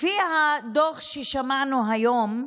לפי הדוח ששמענו היום,